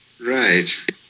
Right